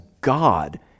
God